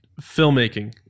filmmaking